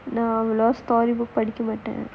நானேல்லா:naanaellaa storybook படிக்க மாட்டேன்:padikka maataen